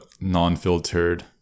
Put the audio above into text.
non-filtered